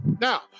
Now